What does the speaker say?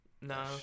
No